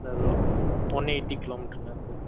இல்லை அது one eighty kilo மீட்ருங்களா அது